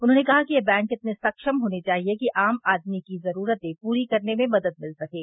उन्हॉने कहा कि ये बैंक इतने सक्षम होने चाहिए कि आम आदमी की जरूरते पूरी करने में मदद मिल सकें